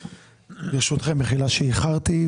ברשותכם, מחילה על האיחור.